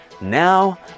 Now